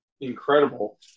incredible